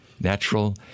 natural